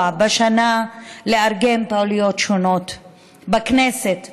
במשך השנה לארגן פעילויות שונות בכנסת,